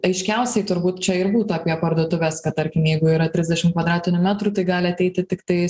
aiškiausiai turbūt čia ir būtų apie parduotuves kad tarkim jeigu yra trisdešim kvadratinių metrų tai gali ateiti tiktais